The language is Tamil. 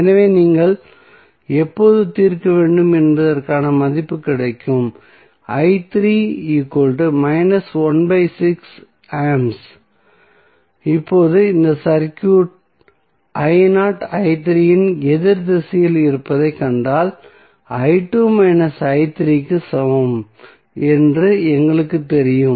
எனவே நீங்கள் எப்போது தீர்க்க வேண்டும் என்பதற்கான மதிப்பு கிடைக்கும் A இப்போது இந்த சர்க்யூட் இன் எதிர் திசையில் இருப்பதைக் கண்டால் க்கு சமம் என்று எங்களுக்குத் தெரியும்